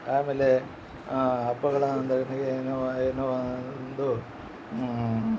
ಆಮೇಲೆ ಹಬ್ಬಗಳ ಅಂದರೆ ನನಗೆ ಏನೋ ಏನೋ ಒಂದು